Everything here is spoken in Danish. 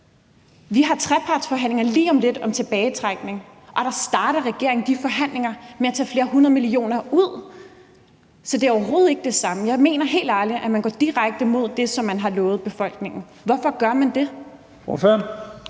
Vi har trepartsforhandlinger lige om lidt om tilbagetrækning, og der starter regeringen de forhandlinger med at tage flere hundrede millioner kroner ud. Så det er overhovedet ikke det samme. Jeg mener helt ærligt, at man går direkte imod det, som man har lovet befolkningen. Hvorfor gør man det?